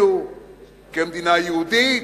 זהותנו כמדינה יהודית,